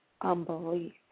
unbelief